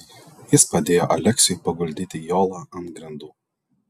jis padėjo aleksiui paguldyti jolą ant grindų